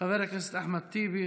חבר הכנסת אחמד טיבי,